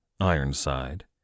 Ironside